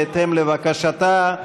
בהתאם לבקשתה,